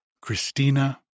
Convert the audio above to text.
Christina